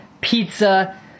pizza